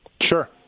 Sure